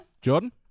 Jordan